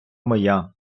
моя